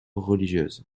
religieuse